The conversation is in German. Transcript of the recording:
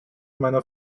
meiner